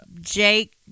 Jake